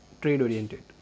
Trade-Oriented